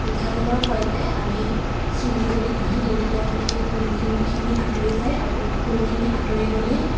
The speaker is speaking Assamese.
মিঠা তেলৰ সৈতে আমি চুলি যদি ঘঁহি দিওঁ তেতিয়াহ'লে সেই শুংখি খিনি আঁতৰি যায় আৰু শুংখিনি আঁতৰি গ'লেই